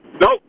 Nope